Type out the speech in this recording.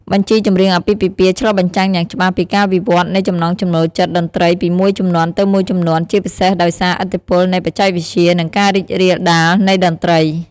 បញ្ជីចម្រៀងអាពាហ៍ពិពាហ៍ឆ្លុះបញ្ចាំងយ៉ាងច្បាស់ពីការវិវត្តន៍នៃចំណង់ចំណូលចិត្តតន្ត្រីពីមួយជំនាន់ទៅមួយជំនាន់ ជាពិសេសដោយសារឥទ្ធិពលនៃបច្ចេកវិទ្យា និងការរីករាលដាលនៃតន្ត្រី។